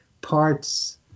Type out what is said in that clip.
parts